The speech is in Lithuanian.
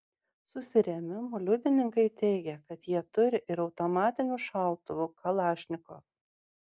susirėmimų liudininkai teigia kad jie turi ir automatinių šautuvų kalašnikov